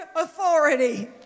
authority